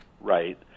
Right